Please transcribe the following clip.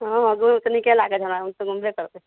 हँ घूमे मे तऽ नीके लागै छै हमरा हम तऽ घुमबे करबै